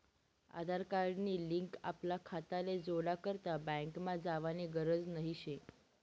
आधार card नी link आपला खाताले जोडा करता बँकमा जावानी गरज नही शे